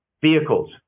vehicles